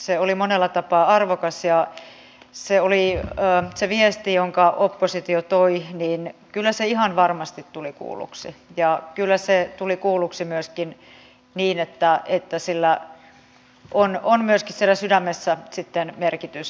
se oli monella tapaa arvokas ja se viesti jonka oppositio toi ihan varmasti tuli kuulluksi ja kyllä se tuli kuulluksi myöskin niin että sillä on myöskin siellä sydämessä merkitys